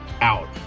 out